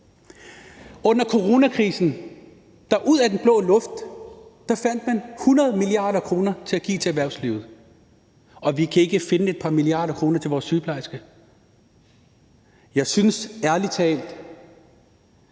Under coronakrisen fandt man ud af den blå luft 100 mia. kr. at give til erhvervslivet, og vi kan ikke finde et par milliarder kroner til vores sygeplejersker. Jeg vil opfordre alle